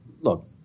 Look